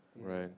Right